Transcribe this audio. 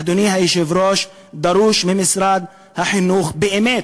אדוני היושב-ראש, דרוש ממשרד החינוך, באמת,